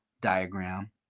diagram